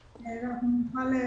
אנחנו נוכל לסייע.